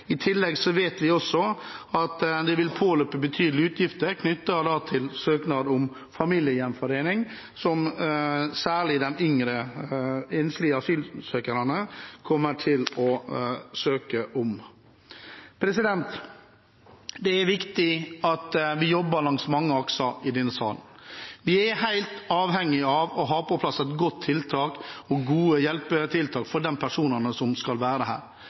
I tillegg vet vi også at det vil påløpe betydelige utgifter knyttet til søknad om familiegjenforening, som særlig de yngre, enslige asylsøkerne kommer til å søke om. Det er viktig at vi jobber langs mange akser i denne salen. Vi er helt avhengig av å få på plass gode hjelpetiltak for de personene som skal være her.